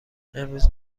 امروز